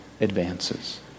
advances